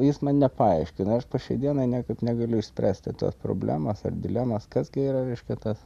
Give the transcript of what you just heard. jis man nepaaiškino aš po šiai dienai niekaip negaliu išspręsti tos problemos ar dilemos kas gi yra reiškia tas